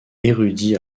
érudit